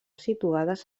situades